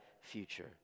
future